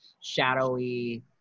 shadowy